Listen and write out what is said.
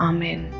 Amen